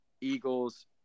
Eagles